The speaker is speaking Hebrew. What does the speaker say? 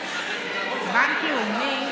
בנק לאומי,